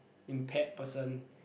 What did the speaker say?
impaired person